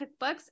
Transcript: cookbooks